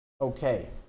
Okay